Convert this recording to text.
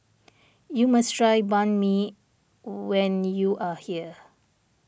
you must try Banh Mi when you are here